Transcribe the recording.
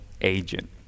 agent